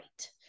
Right